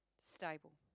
stable